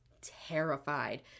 terrified